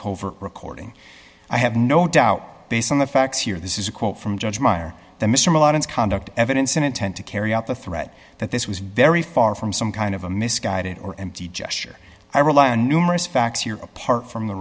covert recording i have no doubt based on the facts here this is a quote from judge meyer that mr milan is conduct evidence in intent to carry out the threat that this was very far from some kind of a misguided or empty gesture i rely on numerous facts here apart from the